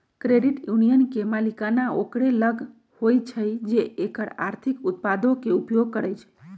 credit union के मलिकाना ओकरे लग होइ छइ जे एकर आर्थिक उत्पादों के उपयोग करइ छइ